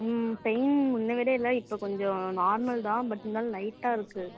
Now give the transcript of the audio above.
ம் பெயின் முன்னை விட இல்லை இப்பொ கொஞ்சம் நார்மல்தான் பட் இருந்தாலும் லைட்டாக இருக்குது